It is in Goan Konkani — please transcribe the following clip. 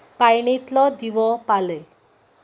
पायणेंतलो दिवो पालय